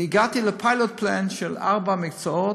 והגעתי ל-pilot plan של ארבעה מקצועות,